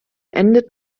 endet